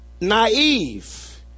naive